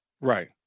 Right